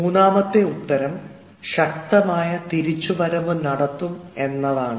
മൂന്നാമത്തെ ഉത്തരം ശക്തമായ തിരിച്ചുവരവ് നടത്തും എന്നതാണ്